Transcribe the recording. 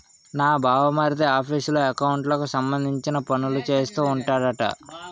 నా బావమరిది ఆఫీసులో ఎకౌంట్లకు సంబంధించిన పనులే చేస్తూ ఉంటాడట